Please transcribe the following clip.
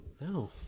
No